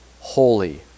holy